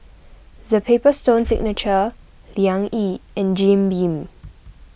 the Paper Stone Signature Liang Yi and Jim Beam